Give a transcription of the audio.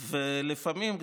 ולפעמים,